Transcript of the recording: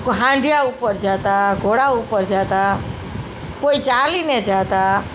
કોઈ હાંઢીયા ઉપર જતા કોઈ ઘોડા ઉપર જતા કોઈ ચાલીને જતા